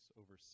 over